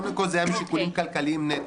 קודם כול זה היה משיקולים כלכליים נטו.